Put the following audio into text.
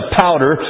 powder